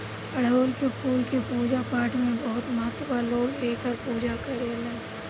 अढ़ऊल के फूल के पूजा पाठपाठ में बहुत महत्व बा लोग एकर पूजा करेलेन